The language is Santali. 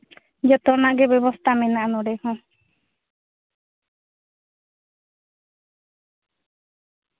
ᱡᱚᱛᱚᱱᱟᱜ ᱜᱮ ᱵᱮᱵᱚᱥᱛᱟ ᱢᱮᱱᱟᱜᱼᱟ ᱱᱚᱰᱮ ᱦᱚᱸ